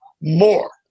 more